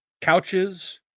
couches